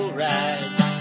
rides